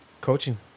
Coaching